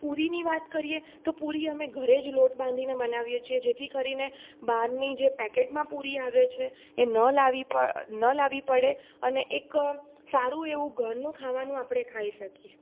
પુરીની વાત કરીએ તો પૂરી અમે ઘરે જ લોટ બાંધીને બનાવીએ છીએ જેથી કરીને બહારની જે પેકેટમાં પૂરી આવે છે એ ન લાવી પણ ન લાવવી પડે અને એક સારું એવું ઘરનું ખાવાનું આપણે ખાઈ શકીએ